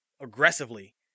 aggressively